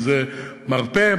שזה מרפא,